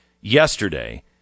yesterday